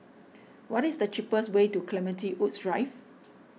what is the cheapest way to Clementi Woods Drive